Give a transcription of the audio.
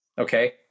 Okay